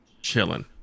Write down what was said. chilling